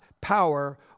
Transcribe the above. power